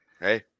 hey